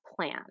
plan